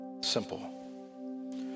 Simple